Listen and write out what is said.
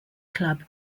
club